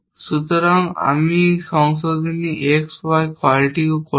সুতরাং আমি এই সংশোধনী X Y কলটিও করি না